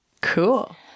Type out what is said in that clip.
Cool